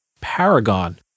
paragon